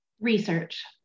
Research